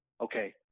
Okay